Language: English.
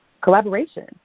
collaboration